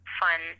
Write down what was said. fun